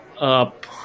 up